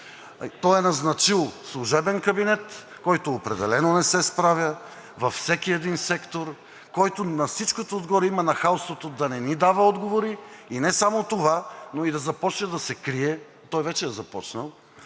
той е назначил служебен кабинет, който определено не се справя във всеки един сектор, който на всичкото отгоре има нахалството да не ни дава отговори, и не само това, но и да започне да се крие – той вече е започнал,